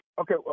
Okay